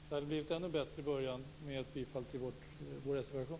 Det hade blivit en ännu bättre början med ett bifall till vår reservation.